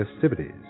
festivities